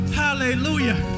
hallelujah